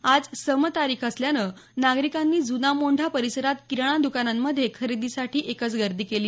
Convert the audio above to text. आज सम तारीख असल्यानं नागरिकांनी जुना मोंढा परिसरात किराणा दुकानांमध्ये खरेदीसाठी एकच गर्दी केली